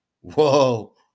whoa